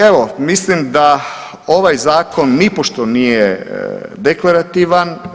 Evo mislim da ovaj zakon nipošto nije deklarativan.